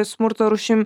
smurto rūšim